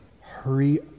hurry